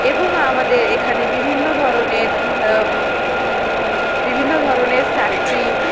এবং আমাদের এখানে বিভিন্ন ধরনের বিভিন্ন ধরনের ফ্যাক্টরি